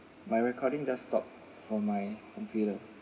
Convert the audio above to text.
my recording just stop for my computer